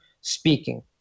speaking